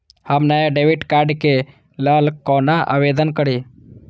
हम नया debit card के लल कौना आवेदन करि?